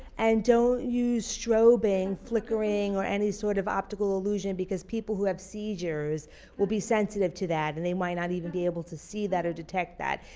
and don't use strobing, flickering, or any sort of optical illusion because people who have seizures will be sensitive to that, and they might not even be able to see that or detect that.